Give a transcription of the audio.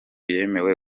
yemewe